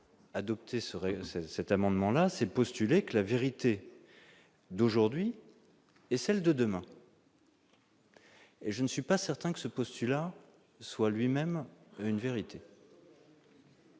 adopté serait cet amendement-là c'est postuler que la vérité d'aujourd'hui et celle de demain. Et je ne suis pas certain que ce postulat soit lui-même une vérité.